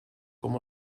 com